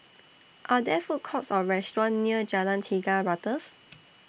Are There Food Courts Or restaurants near Jalan Tiga Ratus